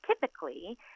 typically